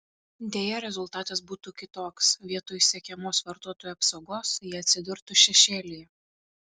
deja rezultatas būtų kitoks vietoj siekiamos vartotojų apsaugos jie atsidurtų šešėlyje